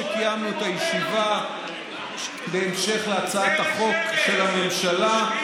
כשקיימנו את הישיבה בהמשך להצעת החוק של הממשלה,